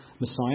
Messiah